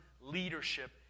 leadership